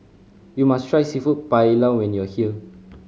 you must try Seafood Paella when you are here